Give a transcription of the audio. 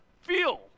feel